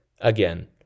again